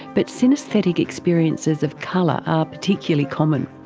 but synaesthetic experiences of colour are particularly common.